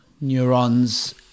neurons